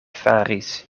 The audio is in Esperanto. faris